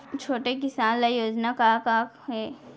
छोटे किसान ल योजना का का हे?